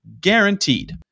guaranteed